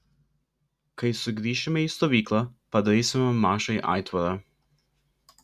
kai sugrįšime į stovyklą padarysime mašai aitvarą